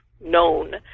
known